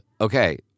okay